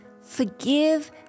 forgive